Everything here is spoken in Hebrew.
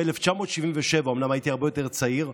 ב-1977 אומנם הייתי הרבה יותר צעיר,